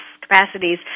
capacities